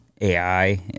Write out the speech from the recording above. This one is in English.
AI